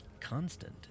Constant